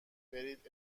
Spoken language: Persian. برید